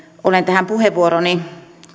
olen tähän puheenvuorooni